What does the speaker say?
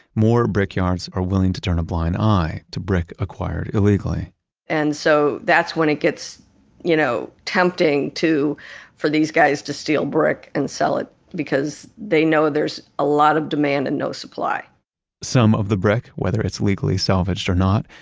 more brickyards are willing to turn a blind eye to brick acquired illegally and so that's when it gets you know tempting for these guys to steal brick and sell it, because they know there's a lot of demand and no supply some of the brick, whether it's legally salvaged or not,